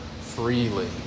freely